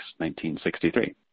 1963